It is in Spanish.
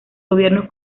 gobiernos